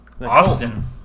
austin